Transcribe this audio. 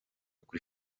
kuri